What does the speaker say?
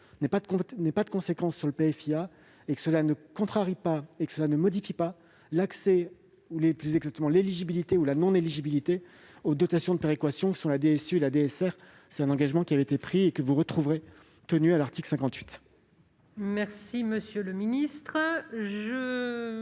-n'aient pas de conséquences sur le PFIA, et que cela ne modifie pas l'accès, ou plus exactement l'éligibilité ou la non-éligibilité, aux dotations de péréquation que sont la DSU et la DSR. C'est un engagement qui avait été pris et que vous retrouverez tenu à l'article 58. La parole est